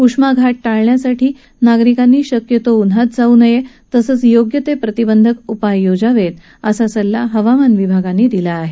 उष्माघात टाळण्यासाठी नागरिकांनी शक्यतो उन्हात जाऊ नये तसंच योग्य ते प्रतिंधक उपाय योजावेत असा सल्ला हवामान विभागाच्या अधिकाऱ्यांनी दिला आहे